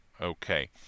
Okay